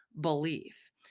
belief